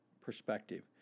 perspective